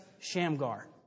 Shamgar